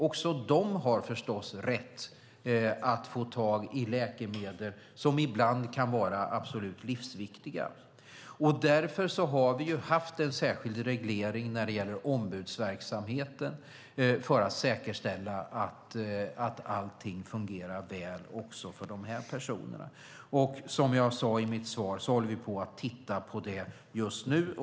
Också de har förstås rätt att få tag i läkemedel som ibland kan vara absolut livsviktiga. Därför har vi haft en särskild reglering när det gäller ombudsverksamheten, för att säkerställa att allting fungerar väl också för dessa personer. Som jag sade i mitt svar håller vi på att titta på detta just nu.